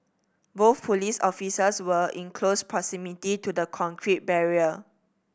both police officers were in close proximity to the concrete barrier